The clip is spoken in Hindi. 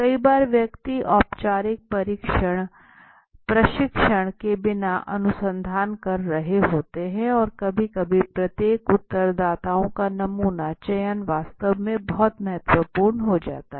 कई बार व्यक्ति औपचारिक प्रशिक्षण के बिना अनुसंधान कर रहे होते हैं और कभी कभी प्रत्येक उत्तरदाताओं का नमूना चयन वास्तव में बहुत महत्वपूर्ण हो जाता है